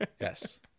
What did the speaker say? yes